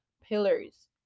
pillars